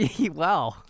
Wow